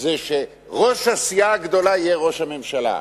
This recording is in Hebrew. זה שראש הסיעה הגדולה יהיה ראש הממשלה.